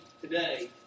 today